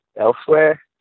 Elsewhere